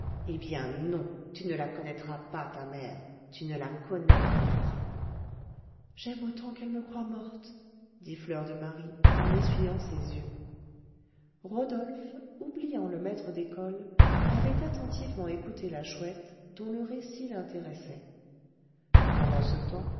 eh bien non tu ne la